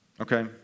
okay